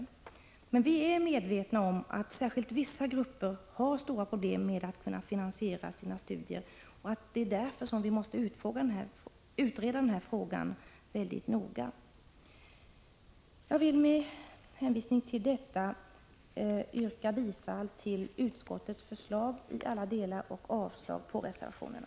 Utskottet är dock medvetet om att särskilt vissa grupper har stora problem med att finansiera sina studier och att denna fråga därför måste utredas mycket noga. Jag vill med hänvisning till detta yrka bifall till utskottets förslag i alla delar och avslag på reservationerna.